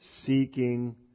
seeking